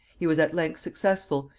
he was at length successful,